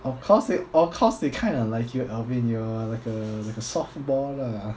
of course they of course they kind of like you alvin you are like a like a softball lah